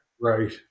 Right